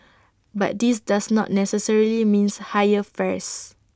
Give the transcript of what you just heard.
but this does not necessarily mean higher fares